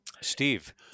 Steve